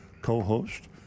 co-host